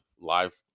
live